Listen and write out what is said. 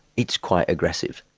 it's quite aggressive.